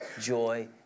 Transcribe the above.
joy